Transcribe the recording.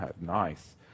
Nice